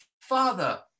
Father